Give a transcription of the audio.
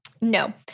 No